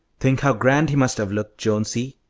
think how grand he must have looked, jonesy,